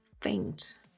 faint